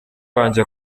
wanjye